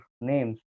names